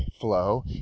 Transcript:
flow